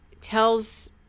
tells